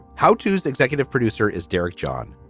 how tos executive producer is derek john,